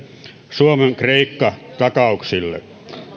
suomen kreikka takauksille